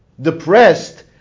depressed